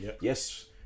Yes